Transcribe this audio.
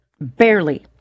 barely